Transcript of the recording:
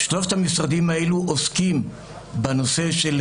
שלושת המשרדים האלו עוסקים בנושא של